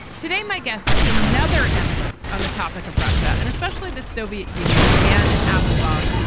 today, my guest is another eminence on the topic of russia and especially the soviet union. anne applebaum.